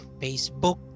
Facebook